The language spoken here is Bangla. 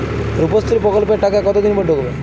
রুপশ্রী প্রকল্পের টাকা কতদিন পর ঢুকবে?